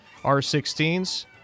R16s